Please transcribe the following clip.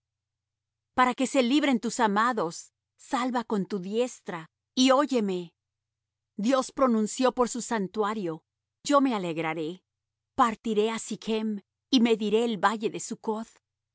para que se libren tus amados salva con tu diestra y óyeme dios pronunció por su santuario yo me alegraré partiré á sichm y mediré el valle de